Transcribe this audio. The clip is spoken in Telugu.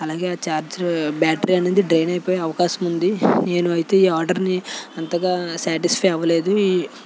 అలాగే చార్జర్ బ్యాటరీ అనేది డ్రైన్ అయ్యే అవకాశం ఉంది నేను అయితే ఈ ఆర్డర్ని అంతగా సాటిస్ఫై అవ్వలేదు